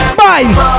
bye